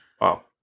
Wow